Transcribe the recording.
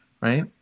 Right